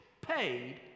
paid